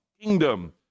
kingdom